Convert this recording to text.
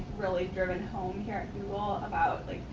really driven home here at google ah about like,